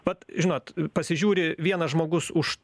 vat žinot pasižiūri vienas žmogus už